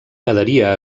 quedaria